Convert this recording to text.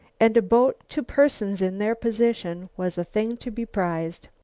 and a boat to persons in their position was a thing to be prized.